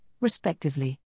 respectively